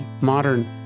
modern